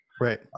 Right